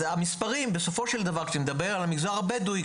אז המספרים בסופו של דבר כשאני מדבר על המגזר הבדואי,